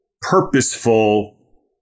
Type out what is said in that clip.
purposeful